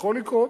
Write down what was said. יכול לקרות,